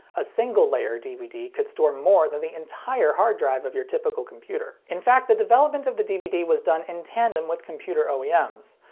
a single layer dvd could store more than the entire hard drive of your typical computer. in fact, the development of dvd was done in tandem with computer oems.